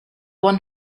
one